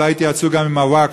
אולי יתייעצו גם עם הווקף,